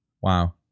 Wow